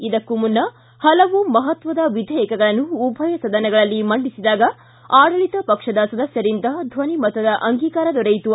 ಇದಕ್ಕೂ ಮುನ್ನ ಹಲವು ಮಹತ್ವದ ವಿಧೇಯಕಗಳನ್ನು ಉಭಯ ಸದನಗಳಲ್ಲಿ ಮಂಡಿಸಿದಾಗ ಆಡಳಿತ ಪಕ್ಷದ ಸದಸ್ಥರಿಂದ ಧ್ವನಿಮತದ ಅಂಗೀಕಾರ ದೊರೆಯಿತು